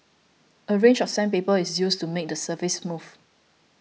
a range of sandpaper is used to make the surface smooth